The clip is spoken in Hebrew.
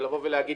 ולבוא ולהגיד,